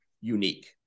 unique